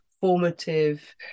formative